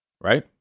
right